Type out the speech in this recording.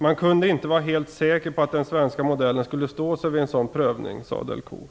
Man kunde inte vara helt säker på att den svenska modellen skulle stå sig vid en sådan prövning, sade Delcourt.